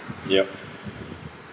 yup